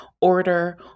order